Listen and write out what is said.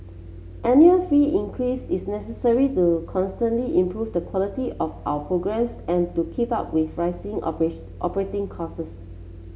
annual fee increase is necessary to constantly improve the quality of our programmes and to keep up with rising operating costs